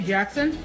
Jackson